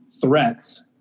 threats